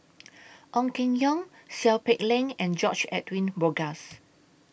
Ong Keng Yong Seow Peck Leng and George Edwin Bogaars